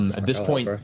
at this point,